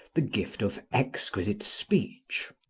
the gift of exquisite speech,